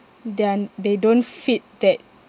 their they don't fit that